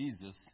Jesus